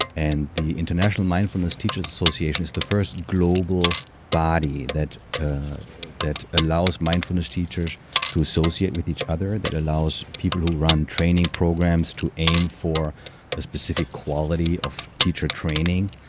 and the international mindfulness teachers association is the first global body that that allows mindfulness teachers to associate with each other, that allows people who run training programs to aim for a specific quality of teacher training,